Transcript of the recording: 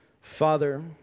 Father